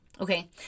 Okay